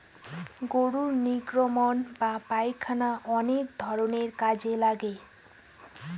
গরুর নির্গমন বা পায়খানা অনেক ধরনের কাজে লাগে